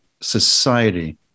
society